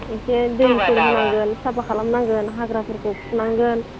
एसे दैफोर होनांगोन साफा खालामनांगोन हाग्राफोरखौ फुनांगोन